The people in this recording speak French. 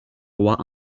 roi